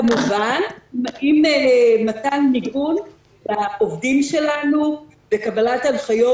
כמובן עם מתן מיגון לעובדים שלנו וקבלת הנחיות